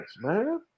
man